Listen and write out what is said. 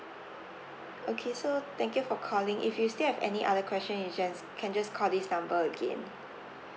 okay so thank you for calling if you still have any other question you just can just call this number again